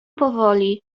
powoli